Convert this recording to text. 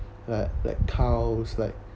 like like cows like